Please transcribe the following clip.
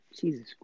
Jesus